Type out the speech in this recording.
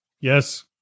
Yes